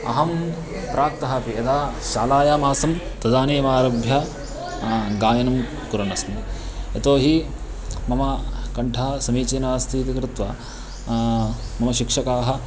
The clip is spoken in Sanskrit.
अहं प्राक्तः अपि यदा शालायाम् आसं तदानीम् आरभ्य गायनं कुर्वन्नस्मि यतोहि मम कण्ठः समीचीनः अस्ति इति कृत्वा मम शिक्षकाः